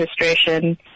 registration